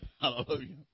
Hallelujah